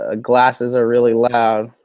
ah glasses are really loud.